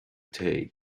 tae